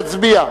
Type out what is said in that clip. יצביע.